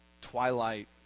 Twilight